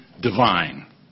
divine